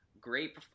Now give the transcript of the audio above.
great—